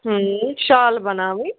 ٹھیٖک شال بناوٕنۍ